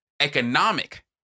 economic